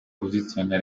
posizione